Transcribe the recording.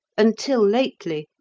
until lately,